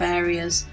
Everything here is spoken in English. areas